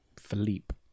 Philippe